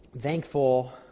thankful